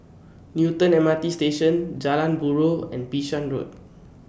Newton M R T Station Jalan Buroh and Bishan Road